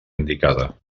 indicada